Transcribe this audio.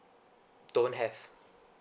don't have